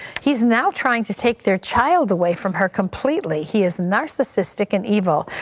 he's now trying to take their child away from her completely. he is narcissistic and evil.